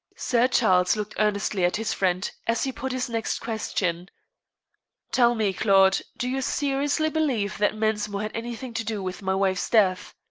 sir charles looked earnestly at his friend as he put his next question tell me, claude, do you seriously believe that mensmore had anything to do with my wife's death?